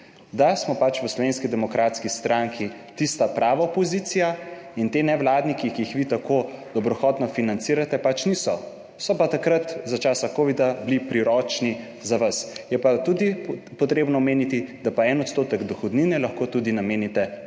da smo pač v Slovenski demokratski stranki tista prava opozicija in ti nevladniki, ki jih vi tako dobrohotno financirate, pač niso, so pa takrat, za časa covida bili priročni za vas. Je pa tudi potrebno omeniti, da pa en odstotek dohodnine lahko tudi namenite političnim